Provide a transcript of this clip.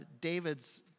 David's